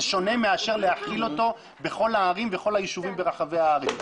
זה שונה מאשר להפעיל אותו בכל הערים ובכל הישובים ברחבי הארץ.